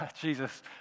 Jesus